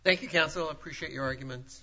thank you counsel appreciate your arguments